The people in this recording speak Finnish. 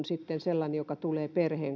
sitten sellaisella joka tulee perheen